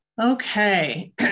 okay